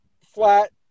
flat